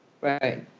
Right